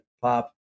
pop